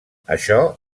això